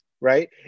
right